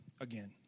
again